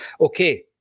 Okay